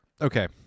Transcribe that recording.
okay